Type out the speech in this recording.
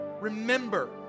remember